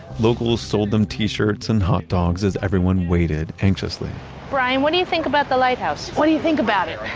locals sold them t-shirts and hotdogs as everyone waited anxiously brian, what do you think about the lighthouse? what do you think about it?